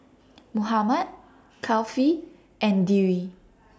Muhammad Kefli and Dwi